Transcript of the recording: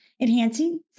enhancing